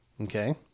Okay